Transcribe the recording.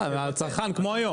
על הצרכן.